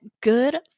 good